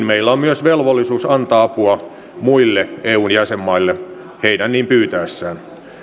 meillä on myös velvollisuus antaa apua muille eun jäsenmaille heidän niin pyytäessään